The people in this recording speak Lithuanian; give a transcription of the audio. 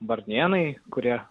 varnėnai kurie